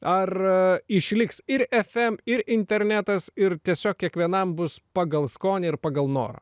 ar išliks ir fm ir internetas ir tiesiog kiekvienam bus pagal skonį ir pagal norą